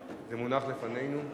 זה מונח לפנינו.